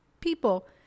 people